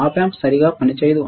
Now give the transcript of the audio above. Op amp సరిగా పనిచేయదు